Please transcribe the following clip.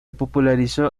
popularizó